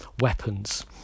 weapons